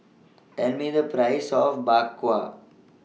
Tell Me The Price of Bak Kwa